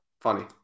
Funny